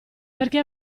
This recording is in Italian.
perché